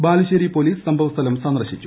Balussery police സംഭവസ്ഥലം സന്ദർശിച്ചു